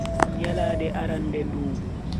Nyalande arande ndubu.